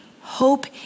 hope